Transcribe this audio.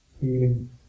Feeling